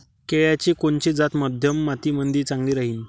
केळाची कोनची जात मध्यम मातीमंदी चांगली राहिन?